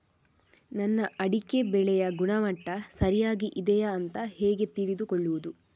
ನನ್ನ ಅಡಿಕೆ ಬೆಳೆಯ ಗುಣಮಟ್ಟ ಸರಿಯಾಗಿ ಇದೆಯಾ ಅಂತ ಹೇಗೆ ತಿಳಿದುಕೊಳ್ಳುವುದು?